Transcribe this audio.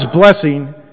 blessing